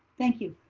thank you,